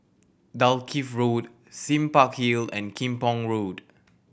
Dalkeith Road Sime Park Hill and Kim Pong Road